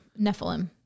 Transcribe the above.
Nephilim